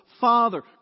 Father